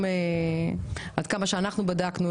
עד כמה שאנחנו בדקנו,